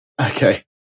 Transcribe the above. Okay